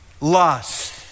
lust